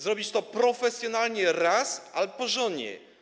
Zrobić to profesjonalnie, raz, ale porządnie.